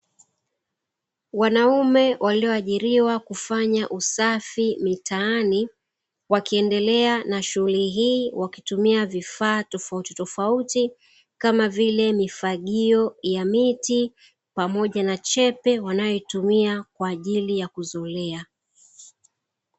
Wanaume walioajiliwa kufanya usafi mitaani, wakiendelea na shughuli hii wakitumia vifaa tofauti tofauti kama vile mifagio ya miti, pamoja na chepe wanayoitumia kwaajili ya kuzolea.